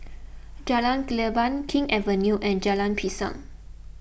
Jalan Leban King's Avenue and Jalan Pisang